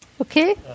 Okay